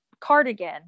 Cardigan